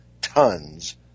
tons